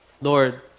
Lord